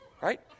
right